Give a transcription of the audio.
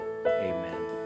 amen